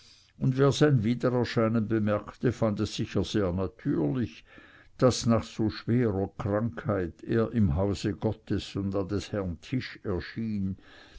und wer sein wiedererscheinen bemerkte fand es sicher sehr natürlich daß nach so schwerer krankheit er im hause gottes und an des herrn tisch erschien